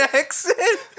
accent